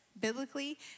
biblically